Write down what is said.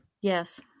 Yes